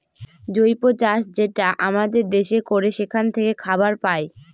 জৈব চাষ যেটা আমাদের দেশে করে সেখান থাকে খাবার পায়